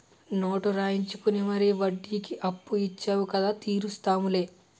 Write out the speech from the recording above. note రాయించుకుని మరీ వడ్డీకి అప్పు ఇచ్చేవు కదా తీరుస్తాం లే